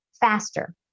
faster